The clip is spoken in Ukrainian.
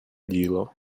діло